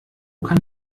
kann